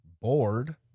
bored